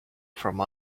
from